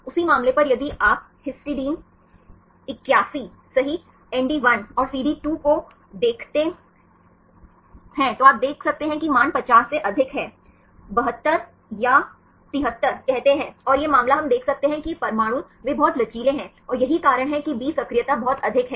उसी मामले पर यदि आप हिस्टीडीन 81 सही एनडी 1 और सीडी 2 को देखते हैं तो आप देख सकते हैं कि मान 50 से अधिक हैं 72 या 73 कहते हैं और यह मामला हम देख सकते हैं कि ये परमाणु वे बहुत लचीले हैं और यही कारण है कि बी सक्रियता बहुत अधिक है